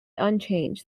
unchanged